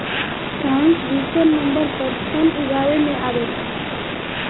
France दुसर number पर sun उगावे में आवेला